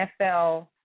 NFL